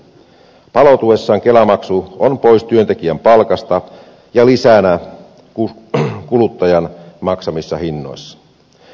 palautuessaan kelamaksu on pois työntekijän palkasta ja lisänä kuluttajan maksamissa hinnoissa